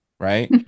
Right